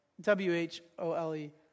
W-H-O-L-E